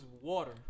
water